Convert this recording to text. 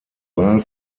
wahl